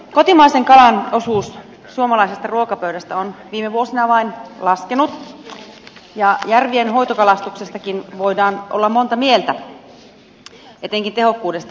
kotimaisen kalan osuus suomalaisesta ruokapöydästä on viime vuosina vain laskenut ja järvien hoitokalastuksestakin voidaan olla monta mieltä etenkin tehokkuudesta